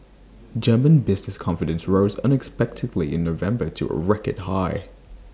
German business confidence rose unexpectedly in November to A record high